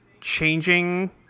changing